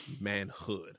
manhood